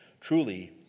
Truly